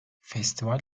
festival